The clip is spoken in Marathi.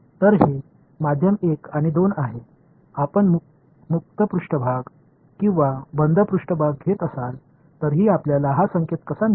तर हे माध्यम 1 आणि 2 आहे आपण मुक्त पृष्ठभाग किंवा बंद पृष्ठभाग घेत असाल तरीही आपल्याला हा संकेत कसा मिळेल